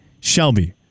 Shelby